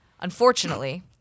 unfortunately